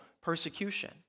persecution